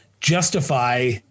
justify